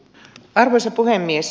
arvoisa puhemies